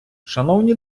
шановні